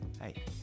Hey